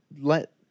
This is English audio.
let